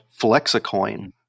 Flexicoin